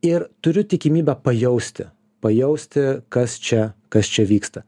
ir turiu tikimybę pajausti pajausti kas čia kas čia vyksta